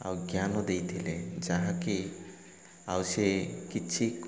ଆଉ ଜ୍ଞାନ ଦେଇଥିଲେ ଯାହାକି ଆଉ ସେ କିଛି